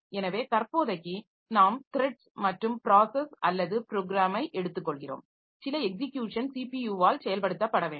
எனவே தற்போதைக்கு நாம் த்ரட்ஸ் மற்றும் ப்ராஸஸ் அல்லது ப்ரோக்ராமை எடுத்துக்கொள்கிறோம் சில எக்ஸிக்யூஷன் ஸிபியுவால் செயல்படுத்தப்பட வேண்டும்